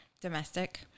domestic